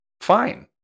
fine